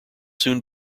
soon